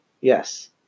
Yes